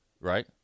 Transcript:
right